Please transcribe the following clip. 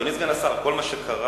אדוני סגן השר, כל מה שקרה,